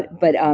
but